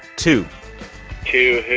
to to who?